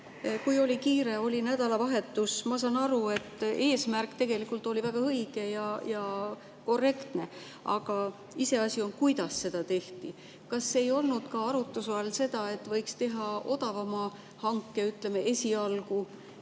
Oli kiire, oli nädalavahetus. Ma saan aru, et eesmärk tegelikult oli väga õige ja korrektne, aga iseasi on, kuidas [kõike] tehti. Kas ei olnud arutluse all ka seda, et võiks teha odavama hanke, ütleme, esialgu